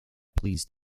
pleased